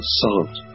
salt